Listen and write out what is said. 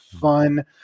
fun